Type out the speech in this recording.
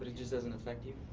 just doesn't affect you?